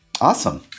Awesome